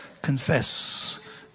Confess